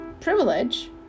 privilege